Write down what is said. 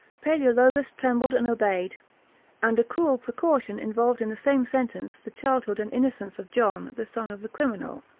palaeologus trembled and obeyed and a cruel precaution involved in the same sentence the childhood and innocence of john, the son of the criminal.